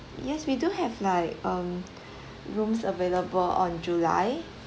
yes we do have like um rooms available on july